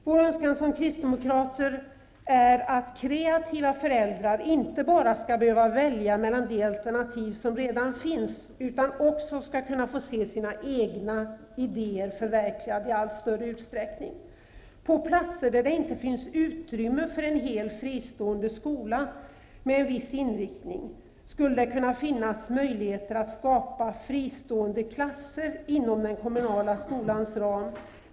Vår önskan som kristdemokrater är att kreativa föräldrar inte bara skall behöva välja mellan de alternativ som redan finns, utan också skall kunna få se sina egna idéer förverkligade i allt större utsträckning. På platser där det inte finns utrymme för en hel fristående skola med en viss inriktning skulle det kunna finnas möjligheter att skapa fristående klasser inom den kommunala skolans ram.